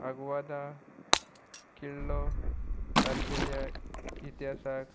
आग्वादा किल्लो सारकेल्या इतिहासाक